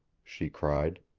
she cried.